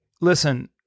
listen